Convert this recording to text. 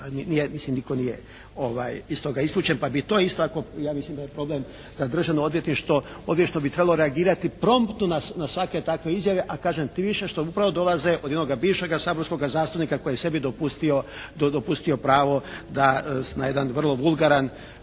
nitko nije iz toga isključen, pa bi to isto tako, ja mislim da je problem kada državno odvjetništvo bi trebalo reagirati promptno na svake takve izjave, a kažem tim više što upravo dolaze od jednoga bivšega saborskoga zastupnika koji je sebi dopustio pravo da na jedan vrlo vulgaran